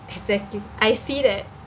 exactly I see that